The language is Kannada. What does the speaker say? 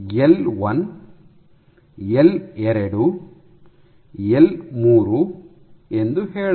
ಎಲ್ 1 ಎಲ್ 2 ಎಲ್ 3 ಎಂದು ಹೇಳೋಣ